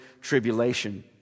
tribulation